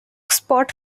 spot